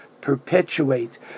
perpetuate